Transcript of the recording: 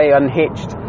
unhitched